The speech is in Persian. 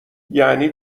یعنی